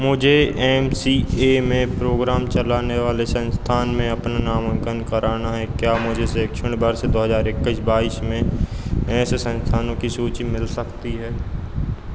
मुझे M C A में program चलाने वाले संस्थान में अपना नामांकन कराना है क्या मुझे शैक्षणिक वर्ष दो हज़ार इक्कीस बाईस में ऐसे संस्थानों की सूची मिल सकती है